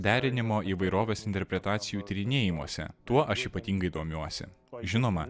derinimo įvairovės interpretacijų tyrinėjimuose tuo aš ypatingai domiuosi žinoma